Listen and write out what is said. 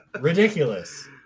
Ridiculous